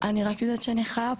אני רק יודעת שאני חיה פה,